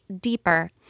deeper